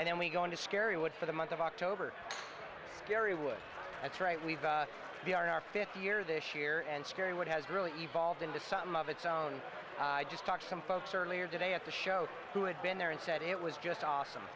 and then we go into scary wood for the month of october scary would that's right we've got the our fifty year this year and scary what has really evolved into some of it's own i just talked to some folks earlier today at the show who had been there and said it was just awesome